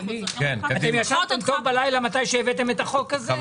אתם ישנתם טוב בלילה עת הבאתם את החוק הזה?